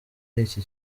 iki